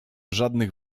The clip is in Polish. żadnych